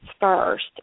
first